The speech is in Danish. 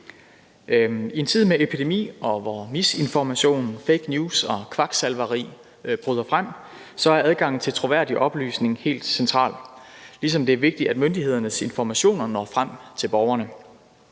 I en tid med epidemi, og hvor misinformation, fake news og kvaksalveri bryder frem, er adgangen til troværdige oplysninger helt centralt, ligesom det er vigtigt, at myndighedernes informationer når frem til borgerne.